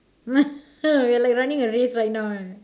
we are like running a race right now ah